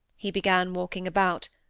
he began walking about,